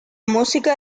música